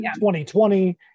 2020